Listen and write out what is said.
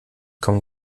kommen